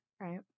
right